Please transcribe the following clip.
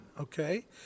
Okay